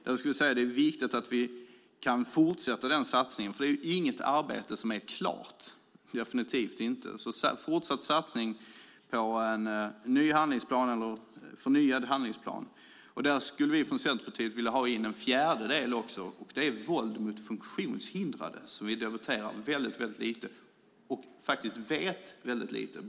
Det är viktigt att vi kan fortsätta satsningen på en förnyad handlingsplan, för det är inget arbete som är klart, definitivt inte. Där skulle vi från Centerpartiet vilja ha in en fjärde del, och det är våld mot funktionshindrade, som vi debatterar väldigt lite och vet väldigt lite om.